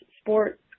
sports